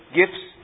gifts